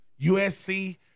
USC